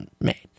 made